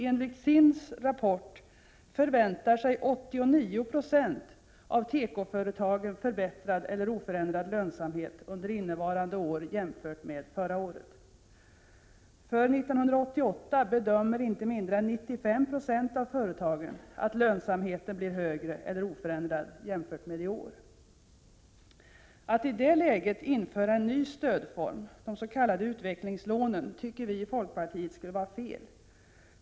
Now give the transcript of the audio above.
Enligt SIND:s rapport förväntar sig 89 76 av tekoföretagen förbättrad eller oförändrad lönsamhet under innevarande år jämfört med 1986. För 1988 bedömer inte mindre än 95 96 av företagen att lönsamheten blir högre eller oförändrad jämfört med 1987. Att i det läget införa en ny stödform, de s.k. utvecklingslånen, tycker vi i folkpartiet skulle vara fel.